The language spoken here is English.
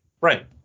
Right